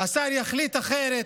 השר יחליט אחרת